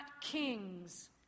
kings